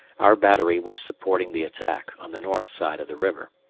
our battery was supporting the attack on the north side of the river,